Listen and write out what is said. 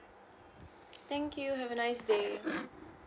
thank you have a nice day